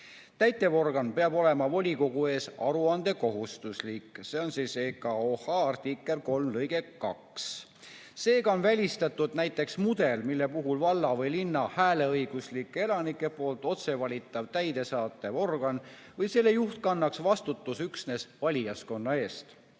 Täitevorgan peab olema volikogu ees aruandekohustuslik (EKOH artikkel 3 lõige 2). Seega on välistatud näiteks mudel, mille puhul valla või linna hääleõiguslike elanike poolt otsevalitav täidesaatev organ või selle juht kannaks vastutust üksnes valijaskonna ees.